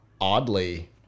oddly